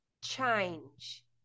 change